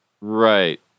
Right